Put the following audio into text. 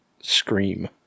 Scream